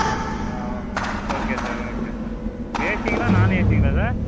அப்படியா oh okay sir okay sir ஏசிங்களா நான் ஏசிங்களா சார்